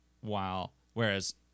while—whereas